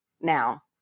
now